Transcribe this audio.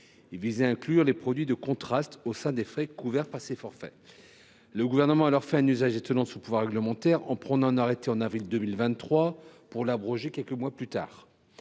et visait à inclure les produits de contraste au sein des frais couverts par ces forfaits. Le Gouvernement a fait alors un usage étonnant de son pouvoir réglementaire en prenant un arrêté en avril 2023, pour l’abroger quelques mois plus tard.